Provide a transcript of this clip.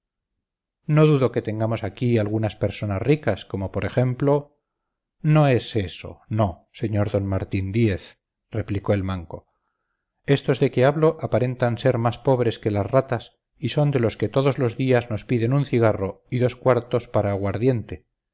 no dudo que tengamos aquí algunas personas ricas como por ejemplo no es eso no sr martín díez replicó el manco estos de que hablo aparentan ser más pobres que las ratas y son de los que todos los días nos piden un cigarro y dos cuartos para aguardiente